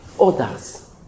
others